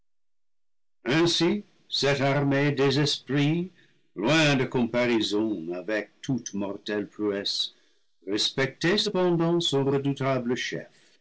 ainsi cette armée des esprits loin de comparaison avec toute mortelle prouesse respectait cependant son redoutable chef